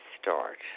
start